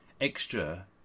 extra